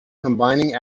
combining